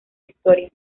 historia